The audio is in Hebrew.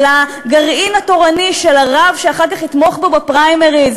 או לגרעין התורני של רב שאחר כך יתמוך בו בפריימריז,